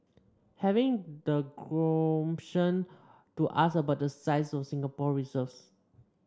having the gumption to ask about the size of Singapore reserves